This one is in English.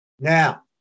Now